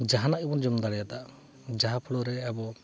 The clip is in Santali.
ᱡᱟᱦᱟᱱᱟᱜ ᱜᱮᱵᱚᱱ ᱡᱚᱢ ᱫᱟᱲᱮᱭᱟᱫᱟ ᱡᱟᱦᱟᱸ ᱯᱷᱳᱲᱳ ᱨᱮ ᱟᱵᱚ